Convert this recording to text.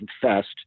confessed